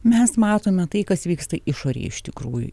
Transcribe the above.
mes matome tai kas vyksta išorėj iš tikrųjų